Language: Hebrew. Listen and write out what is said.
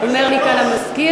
אומר לי כאן המזכיר,